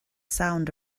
sound